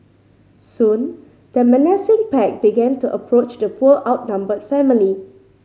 soon the menacing pack began to approach the poor outnumbered family